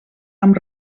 amb